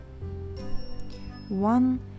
One